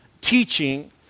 teaching